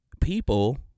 people